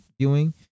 viewing